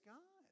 God